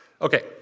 Okay